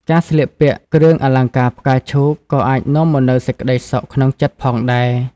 ការស្លៀកពាក់គ្រឿងអលង្ការផ្កាឈូកក៏អាចនាំមកនូវសេចក្តីសុខក្នុងចិត្តផងដែរ។